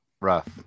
Rough